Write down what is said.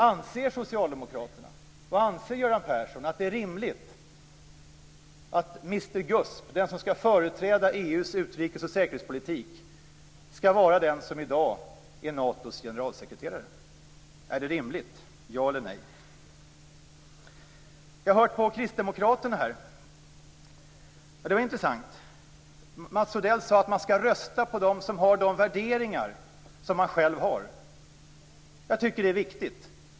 Anser socialdemokraterna och Göran Persson att det är rimligt att mr Gusp - den som skall företräda EU:s utrikes och säkerhetspolitik - skall vara den som i dag är Natos generalsekreterare? Är det rimligt? Ja eller nej. Jag har hört på Kristdemokraterna här, och det var intressant. Mats Odell sade att man skall rösta på det parti som har de värderingar som man själv har. Det är viktigt.